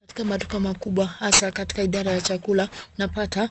Katika maduka makubwa hasa katika idara ya chakula tunapata